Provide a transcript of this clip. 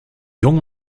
jong